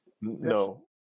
No